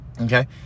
Okay